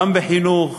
גם בחינוך